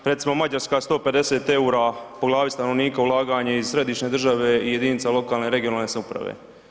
Recimo Mađarska 150 EUR-a po glavi stanovnika ulaganja iz središnje države i jedinica lokalne i regionalne samouprave.